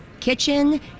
kitchen